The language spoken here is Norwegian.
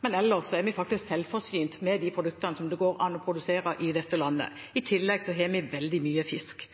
men ellers er vi faktisk selvforsynt med de produktene som det går an å produsere i dette landet. I tillegg har vi veldig mye fisk.